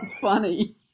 funny